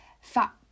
fat